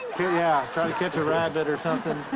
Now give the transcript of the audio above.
yeah, trying to catch a rabbit or something.